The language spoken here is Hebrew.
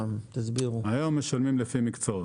היום משלמים לפי מקצועות.